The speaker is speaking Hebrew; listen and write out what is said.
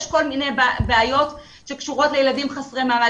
יש כל מיני בעיות שקשורות לילדים חסרי מעמד,